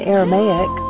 Aramaic